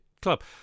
club